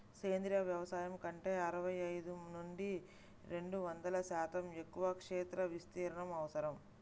సేంద్రీయ వ్యవసాయం కంటే అరవై ఐదు నుండి రెండు వందల శాతం ఎక్కువ క్షేత్ర విస్తీర్ణం అవసరం